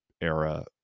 era